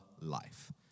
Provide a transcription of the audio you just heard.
life